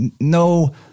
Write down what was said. no